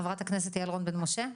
חברת הכנסת יעל רון בן משה,